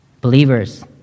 Believers